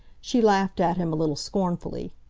she laughed at him a little scornfully.